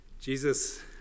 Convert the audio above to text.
Jesus